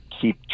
keep